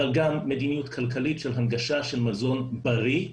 אבל גם מדיניות כללית של הנגשה של מזון בריא,